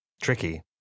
Tricky